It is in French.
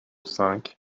cinq